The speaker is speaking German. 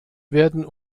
werden